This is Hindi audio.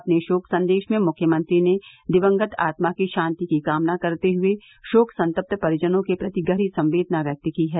अपने शोक संदेश में मुख्यमंत्री ने दिवगत आत्मा की शान्ति की कामना करते हुये शोक संतप्त परिजनों के प्रति गहरी संवेदना व्यक्त की हैं